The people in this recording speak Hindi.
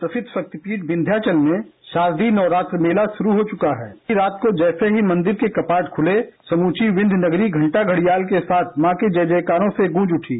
प्रसिद्ध शक्तिपीठ विंद्याचल मे शारदीय नवरात्र मेला शुरू हो चुका है रात को जैसे ही मंदेर के कपाट खुले समूची विंद्य नगरी घंटा घड़ियाल के साथ मां के जयकारों से गूँज उठी